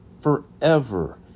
forever